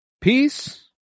peace